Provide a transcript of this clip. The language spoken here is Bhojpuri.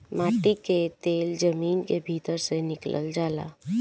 माटी के तेल जमीन के भीतर से निकलल जाला